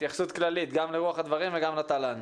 התייחסות כללית גם לרוח הדברים וגם לתל"ן.